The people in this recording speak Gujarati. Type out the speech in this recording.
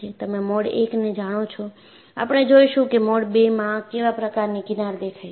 તમે મોડ 1 ને જાણો છો આપણે જોઈશું કે મોડ 2 માં કેવા પ્રકારની કિનાર દેખાય છે